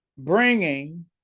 bringing